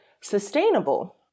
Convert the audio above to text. sustainable